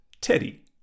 Teddy